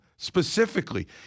Specifically